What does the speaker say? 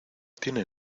tiene